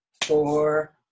four